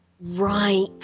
Right